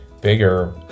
bigger